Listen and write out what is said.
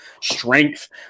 strength